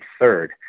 third